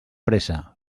pressa